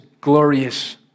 glorious